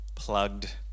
plugged